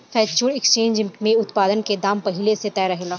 future exchange में उत्पाद के दाम पहिल से तय रहेला